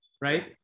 Right